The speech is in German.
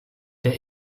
der